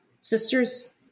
sisters